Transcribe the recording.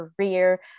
career